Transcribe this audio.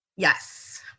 Yes